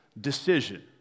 decision